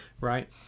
right